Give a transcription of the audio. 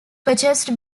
purchased